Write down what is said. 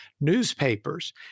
newspapers